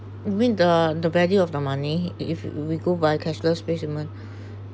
you mean the the value of the money if we we go by cashless payment